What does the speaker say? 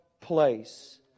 place